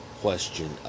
question